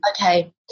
okay